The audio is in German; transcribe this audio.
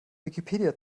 wikipedia